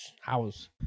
house